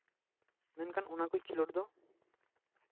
ᱢᱮᱱᱠᱷᱟᱱ ᱚᱱᱟ ᱠᱚ ᱠᱷᱮᱞᱳᱰ ᱫᱚ